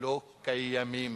לא קיימים.